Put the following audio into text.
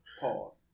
Pause